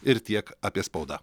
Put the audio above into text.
ir tiek apie spaudą